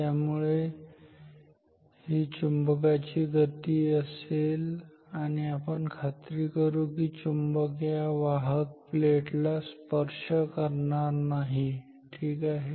त्यामुळे ही चुंबक गती असेल आणि आपण आपण खात्री करू की चुंबक या वाहक प्लेट ला स्पर्श करणार नाही ठीक आहे